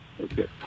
okay